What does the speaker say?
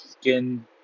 skin